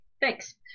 Thanks